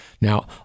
Now